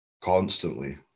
constantly